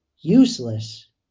useless